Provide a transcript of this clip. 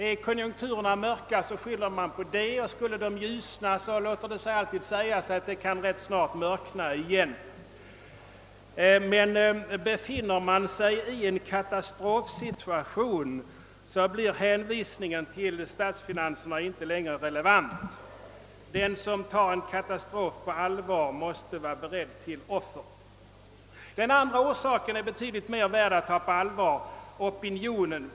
Är konjunkturerna mörka, skyller man på det, och skulle de ljusna, låter det sig alltid sägas att de snart kan mörkna igen. Men befinner man sig i en katastrofsituation blir hänvisningen till statsfinanserna inte längre relevant. Den som vill hindra en katastrof måste vara beredd till offer. Den andra orsaken, opinionen, är betydligt mer värd att ta på allvar.